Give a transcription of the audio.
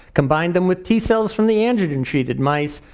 combined them with t cells from the androgen treated mice,